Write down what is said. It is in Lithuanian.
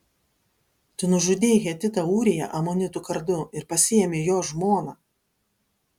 tu nužudei hetitą ūriją amonitų kardu ir pasiėmei jo žmoną